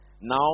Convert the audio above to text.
now